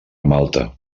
malta